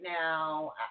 now